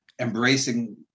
embracing